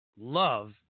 love